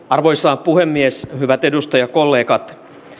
arvoisa puhemies hyvät edustajakollegat